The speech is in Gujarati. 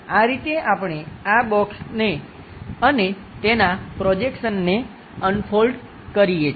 આ રીતે આપણે આ બોક્સને અને તેના પ્રોજેક્શનને અનફોલ્ડ કરીએ છીએ